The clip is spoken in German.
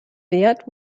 wert